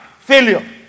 failure